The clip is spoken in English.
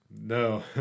No